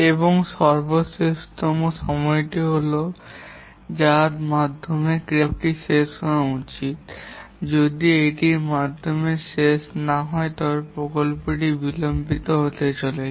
এবং সর্বশেষতম সময় হল সেই সময়টি যার মাধ্যমে ক্রিয়াকলাপটি শেষ হওয়া উচিত যদি এটি এর মাধ্যমে শেষ না হয় তবে প্রকল্পটি বিলম্বিত হতে চলেছে